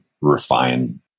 refine